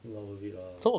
not worth it lah